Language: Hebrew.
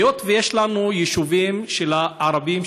היות שיש לנו יישובים של הערבים,